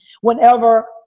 whenever